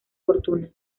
fortuna